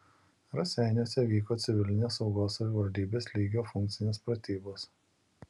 raseiniuose vyko civilinės saugos savivaldybės lygio funkcinės pratybos